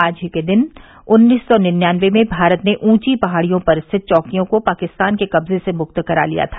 आज ही के दिन उन्नीस सौ निन्यानवे में भारत ने ऊंची पहाडियों पर स्थित चौकियों को पाकिस्तान के कब्जे से मुक्त करा लिया था